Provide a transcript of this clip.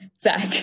Zach